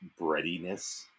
breadiness